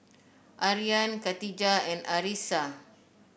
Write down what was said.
Aryan Katijah and Arissa